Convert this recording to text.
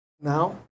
now